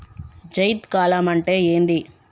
జైద్ కాలం అంటే ఏంది?